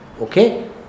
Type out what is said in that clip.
Okay